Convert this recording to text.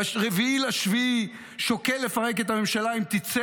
ב-4 ביולי הוא שוקל לפרק את הממשלה אם תצא